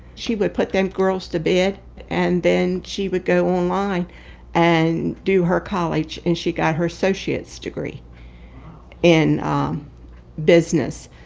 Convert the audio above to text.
she would put them girls to bed, and then she would go online and do her college, and she got her associate's degree in business.